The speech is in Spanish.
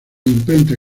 imprenta